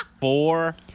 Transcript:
Four